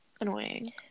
annoying